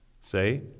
Say